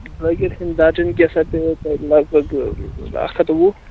بٲکِرخانہِ درجن ہسا پیوٕ تۄہہِ لگ بگ اکھ ہتھ وُہ